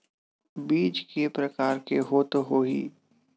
बीज के प्रकार के होत होही?